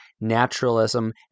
naturalism